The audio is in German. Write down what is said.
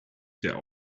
der